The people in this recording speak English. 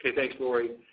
thanks lori.